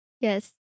yes